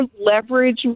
leverage